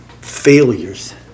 failures